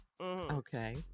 Okay